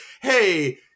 hey